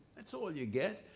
that's all you get.